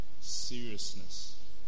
seriousness